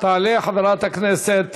דבר אחד שכחת לציין, שהוא ביטל, תעלה חברת הכנסת